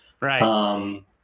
Right